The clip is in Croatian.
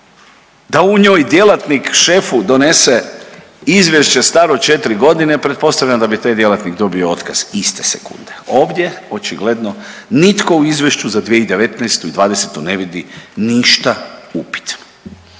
da u njoj djelatnik šefu donese izvješće staro četri godine pretpostavljam da bi taj djelatnik dobio otkaz iste sekunde. Ovdje očigledno nitko u izvješću za 2019. i '20. ne vidi ništa upitno.